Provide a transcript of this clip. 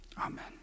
amen